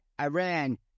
Iran